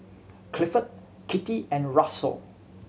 Clifford Kittie and Russell